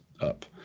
up